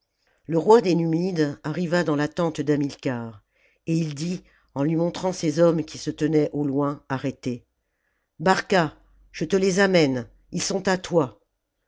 le roi des numides arriva dans la tente d'hamilcar et il dit en lui montrant ses hommes qui se tenaient au loin arrêtés barca je te les amène ils sont à toi